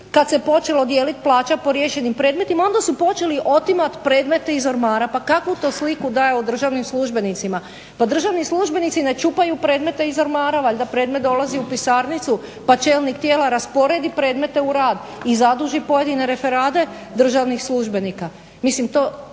kad se počelo dijelit plaće po riješenim predmetima onda su počeli otimat predmete iz ormara. Pa kakvu to sliku daje o državnim službenicima. Pa državni službenici ne čupaju predmete iz ormara, valjda predmet dolazi u pisarnicu pa čelnik tijela rasporedi predmete u rad i zaduži pojedine referade državnih službenika.